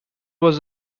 was